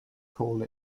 call